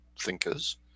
thinkers